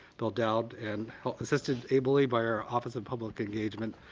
bill dowd, and assisted ably by our office of public engagement,